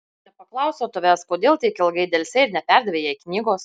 nepaklausiau tavęs kodėl tiek ilgai delsei ir neperdavei jai knygos